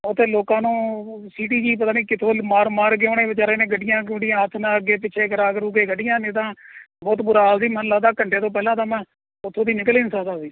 ਉੱਥੇ ਲੋਕਾਂ ਨੂੰ ਸੀਟੀ ਜੀ ਪਤਾ ਨਹੀਂ ਕਿੱਥੋਂ ਮਾਰ ਮਾਰ ਕੇ ਉਹਨੇ ਵਿਚਾਰੇ ਨੇ ਗੱਡੀਆਂ ਗੁਡੀਆਂ ਹੱਥ ਨਾਲ ਅੱਗੇ ਪਿੱਛੇ ਕਰਾ ਕਰੂ ਕੇ ਕੱਢੀਆਂ ਨਹੀਂ ਤਾਂ ਬਹੁਤ ਬੁਰਾ ਹਾਲ ਸੀ ਮੈਨੂੰ ਲੱਗਦਾ ਘੰਟੇ ਤੋਂ ਪਹਿਲਾਂ ਤਾਂ ਮੈਂ ਉੱਥੋਂ ਦੀ ਨਿਕਲ ਹੀ ਨਹੀਂ ਸਕਦਾ ਸੀ